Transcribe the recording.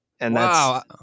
Wow